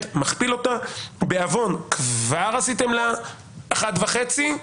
בעוון כבר עשיתם לה אחת וחצי,